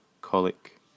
colic